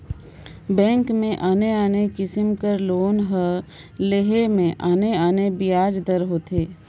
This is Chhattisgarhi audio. बेंक में आने आने किसिम कर लोन कर लेहे में आने आने बियाज दर होथे